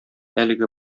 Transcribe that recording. әлеге